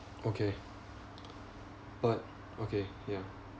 okay but okay ya